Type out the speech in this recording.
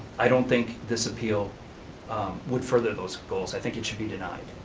i don't think this appeal would further those goals. i think it should be denied.